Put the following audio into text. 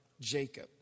Jacob